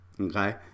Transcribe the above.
okay